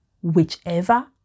whichever